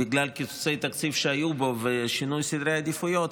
בגלל קיצוצי תקציב שהיו בו ושינוי סדרי עדיפויות,